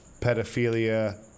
pedophilia